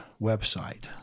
website